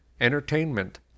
entertainment